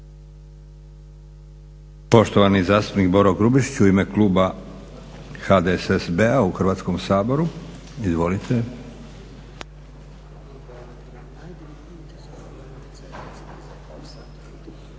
Poštovani zastupnik Boro Grubišić u ime kluba HDSSB-a u Hrvatskom saboru. Izvolite.